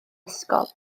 esgob